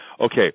Okay